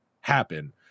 happen